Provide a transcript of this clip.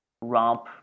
romp